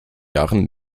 jahren